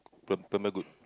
premier good